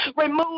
Remove